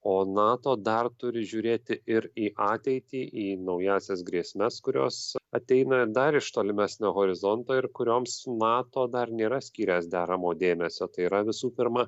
o nato dar turi žiūrėti ir į ateitį į naująsias grėsmes kurios ateina dar iš tolimesnio horizonto ir kurioms nato dar nėra skyręs deramo dėmesio tai yra visų pirma